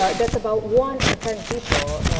ah that's about one in ten people,